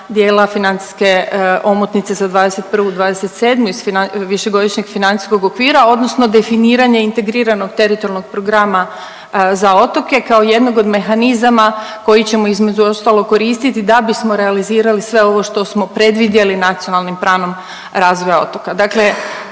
dijela financijske omotnice za 2021.-2027. iz višegodišnjeg financijskog okvira, odnosno definiranje integriranog teritorijalnog programa za otoke kao jednog od mehanizama koji ćemo između ostalog koristiti da bismo realizirali sve ovo što smo predvidjeli Nacionalnim planom razvoja otoka.